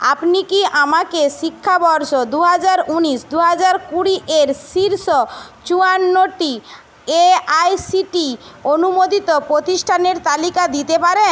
আপনি কি আমাকে শিক্ষাবর্ষ দু হাজার ঊনিশ দু হাজার কুড়ি এর শীর্ষ চুয়ান্নটি এআইসিটি অনুমোদিত প্রতিষ্ঠানের তালিকা দিতে পারেন